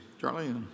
Charlie